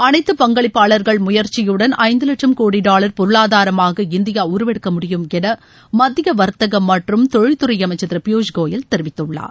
அனைத்து பங்களிப்பாளர்கள் முயற்சியுடன் ஐந்து வட்சம் கோடி டாவர் பொருளாதாரமாக இந்தியா உருவெடுக்க முடியும் என மத்திய வர்த்தகம் மற்றும் தொழில்துறை அமைச்சர் திரு பியூஸ்கோயல் தெரிவித்குள்ளார்